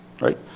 right